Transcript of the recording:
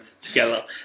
together